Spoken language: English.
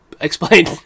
Explain